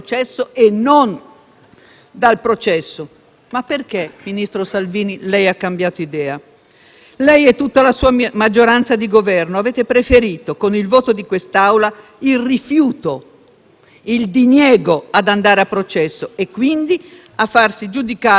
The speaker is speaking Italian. Lei e tutta la sua maggioranza di Governo avete preferito, con il voto di quest'Aula, il rifiuto, il diniego, di andare a processo e, quindi, di farsi giudicare nelle sedi proprie. Avete così tanta paura del merito dell'accusa che vi viene rivolta?